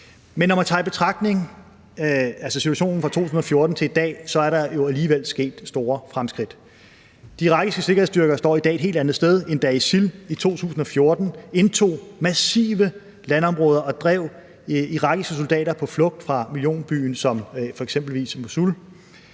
men når man tager situationen fra 2014 til i dag i betragtning, er der alligevel sket store fremskridt. De irakiske sikkerhedsstyrker står i dag et helt andet sted, end da ISIL i 2014 indtog massive landområder og drev irakiske soldater på flugt fra en millionby som